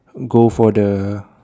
go for the